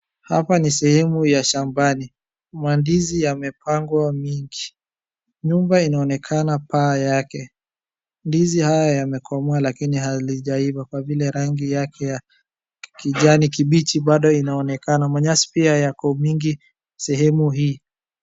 Hapa ni sehemu ya shambani. Mandizi yamepandwa mingi. Nyumba inaonekana paa yake. Ndizi haya yamekomaa lakini halijaiva kwa vile rangi yake ya kijani kibichi bado inaonekana. Manyasi pia yako mingi sehemu hii.